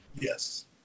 Yes